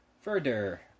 further